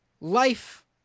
life